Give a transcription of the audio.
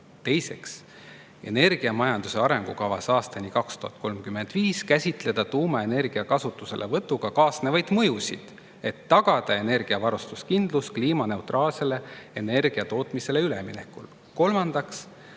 2. Energiamajanduse arengukavas aastani 2035 käsitleda tuumaenergia kasutuselevõtuga kaasnevaid mõjusid, et tagada energia varustuskindlus kliimaneutraalsele energiatootmisele üleminekul. 3.